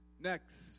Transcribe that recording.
next